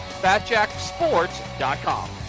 FatJackSports.com